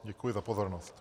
Děkuji za pozornost.